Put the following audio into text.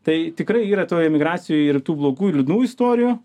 tai tikrai yra toj emigracijoj ir tų blogų ir liūdnų istorijų